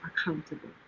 accountable